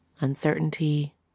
uncertainty